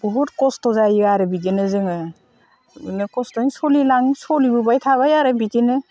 बहुद खस्थ' जायो आरो बिदिनो जोङो बिदिनो खस्थ'यैनो सोलिबोबाय थाबाय आरो बिदिनो